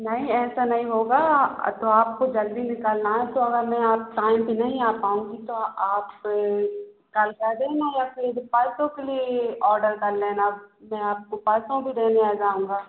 नहीं ऐसा नहीं होगा तो आपको जल्दी निकलना है तो अगर मैं आज टाइम पर नहीं आ पाऊँगी तो आप कल दे देना या फिर परसों के लिए ऑडर कर लेना मैं आपको परसों भी देने आ जाऊँगा